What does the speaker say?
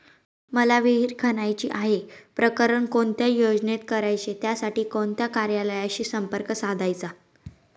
मला विहिर खणायची आहे, प्रकरण कोणत्या योजनेत करायचे त्यासाठी कोणत्या कार्यालयाशी संपर्क साधायचा?